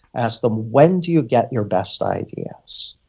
asked them, when do you get your best ideas?